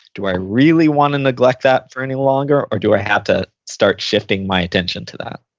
do i really want to neglect that for any longer, or do i have to start shifting my intention to that?